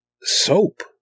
soap